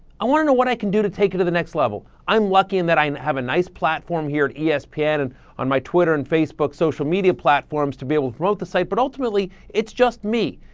i wanna know what i can do to take it to the next level. i'm lucky and that i have a nice platform here at yeah espn, and and on my twitter, and facebook, social media platforms to be able to promote the site, but ultimately, it's just me.